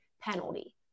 penalty